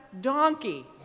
donkey